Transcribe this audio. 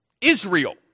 Israel